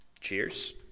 Cheers